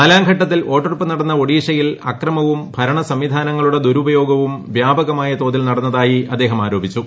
നാലാംഘട്ടത്തിൽ വോട്ടെടുപ്പ് നടന്ന ഒഡീഷയിൽ ്ട് ഭർണസംവിധാനങ്ങളുടെ ദുരുപയോഗവും വ്യാപകമായ ത്യോതീൽ നടന്നതായി അദ്ദേഹം ആരോപിച്ചു